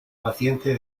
paciente